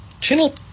Channel